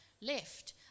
left